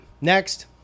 next